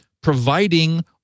providing